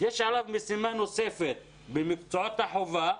יש משימה נוספת במקצועות החובה.